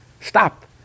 stop